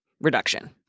reduction